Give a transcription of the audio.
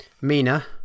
mina